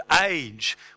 age